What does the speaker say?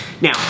Now